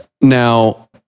Now